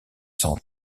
cent